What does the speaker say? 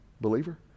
Believer